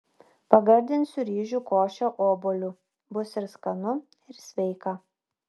pagardinus ryžių košę obuoliu bus ir skanu ir sveika